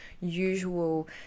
usual